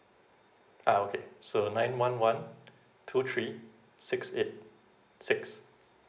ah okay so nine one one two three six eight six